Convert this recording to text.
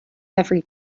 every